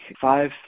five